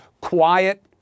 quiet